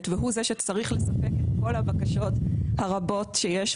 והוא זה שצריך לספק את כל הבקשות הרבות שיש,